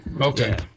okay